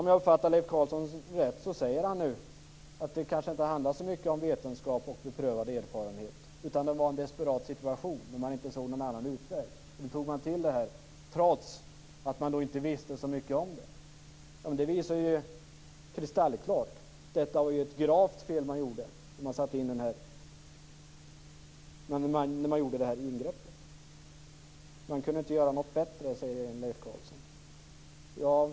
Om jag uppfattade Leif Carlson rätt sade han att det kanske inte handlade så mycket om vetenskap och beprövad erfarenhet utan att det var en desperat situation då man inte såg någon annan utväg. Då tog man till detta, trots att man då inte visste så mycket om det. Men det visar ju kristallklart att det var ett gravt fel som man gjorde när man gjorde detta ingrepp. Man kunde inte göra något bättre, säger Leif Carlson.